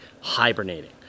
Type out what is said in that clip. hibernating